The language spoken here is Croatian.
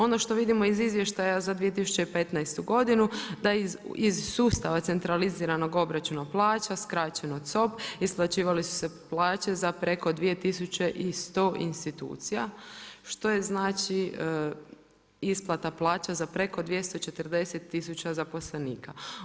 Ono što vidimo iz izvještaja za 2015. godinu da iz sustava centraliziranog obračuna plaća skraćeno COP isplaćivale su se plaće za preko 2100 institucija što je znači isplata plaća za preko 240 tisuća zaposlenika.